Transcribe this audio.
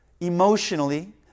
emotionally